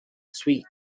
sweet